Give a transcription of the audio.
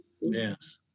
Yes